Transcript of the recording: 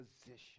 position